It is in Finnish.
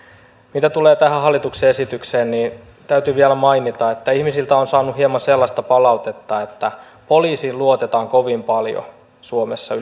mitä tulee tähän hallituksen esitykseen niin täytyy vielä mainita että ihmisiltä olen saanut hieman sellaista palautetta että poliisiin luotetaan kovin paljon suomessa